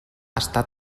està